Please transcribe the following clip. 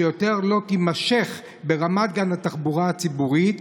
שיותר לא תימשך ברמת גן התחבורה הציבורית.